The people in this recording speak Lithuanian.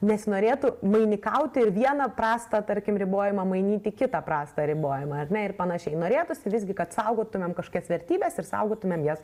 nesinorėtų mainikauti ir vieną prastą tarkim ribojimą mainyti į kitą prastą ribojimą ar ne ir panašiai norėtųsi visgi kad saugotumėm kažkokias vertybes ir saugotumėm jas